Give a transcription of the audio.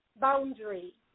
boundary